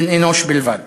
בן-אנוש בלבד.